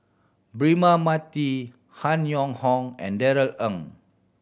Braema Mathi Han Yong Hong and Darrell Ang